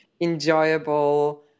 enjoyable